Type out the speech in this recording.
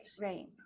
right